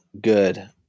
good